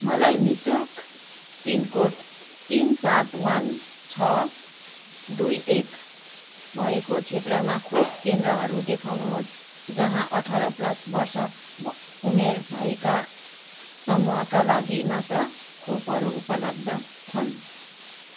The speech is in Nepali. मलाई नि शुल्क पिनकोड तिन सात वान छ दुई एक भएको क्षेत्रमा खोप केन्द्रहरू देखाउनुहोस् जहाँ अठार प्लस वर्ष उमेर भएका समूहका लागि मात्र खोपहरू उपलब्ध छन्